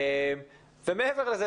ומעבר לזה,